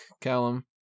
Callum